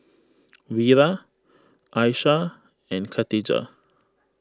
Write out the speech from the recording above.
Wira Aishah and Khatijah